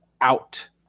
out